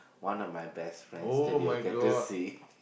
one of my best friends that you'll get to see